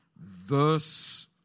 verse